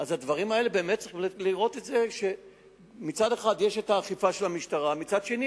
מצד אחד יש האכיפה של המשטרה ומצד שני